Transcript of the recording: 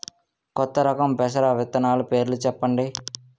కొత్త రకం పెసర విత్తనాలు పేర్లు చెప్పండి?